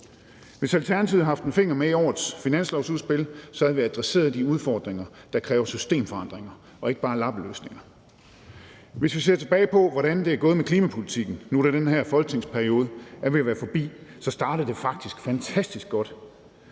Hvis Alternativet havde haft en finger med i årets finanslovsudspil, havde vi adresseret de udfordringer, der kræver systemforandringer og ikke bare lappeløsninger. Hvis vi ser tilbage på, hvordan det er gået med klimapolitikken, nu, da den her folketingsperiode er ved at være forbi, kan vi se, at det faktisk startede fantastisk godt